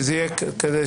שזה יהיה קבוע,